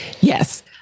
Yes